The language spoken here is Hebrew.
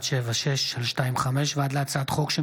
פ/5176/25 וכלה בהצעת חוק